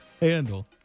handle